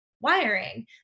wiring